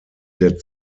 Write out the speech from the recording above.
der